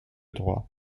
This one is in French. droit